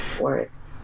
Words